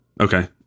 Okay